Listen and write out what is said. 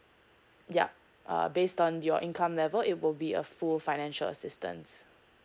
yup uh based on your income level it will be a full financial assistance